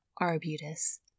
Arbutus